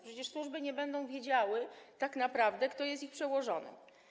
Przecież służby nie będą wiedziały tak naprawdę, kto jest ich przełożonym.